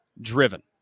driven